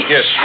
Yes